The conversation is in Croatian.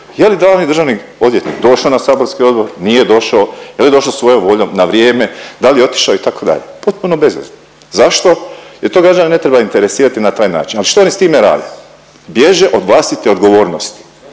je li glavni državni odvjetnik došao na saborski odbor, nije došao, je li došao na svojom voljom na vrijeme, da li je otišao itd., potpuno bezvezno. Zašto? Jer to građane ne treba interesirati na taj način. Al što oni s time rade? Bježe od vlastite odgovornosti